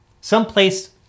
someplace